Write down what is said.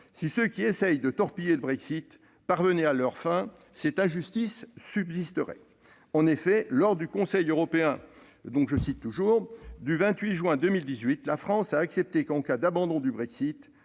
Si ceux qui essaient de torpiller le Brexit parvenaient à leurs fins, cette injustice subsisterait. En effet, lors du Conseil européen du [28] juin 2018, la France a accepté que, en cas d'abandon du Brexit,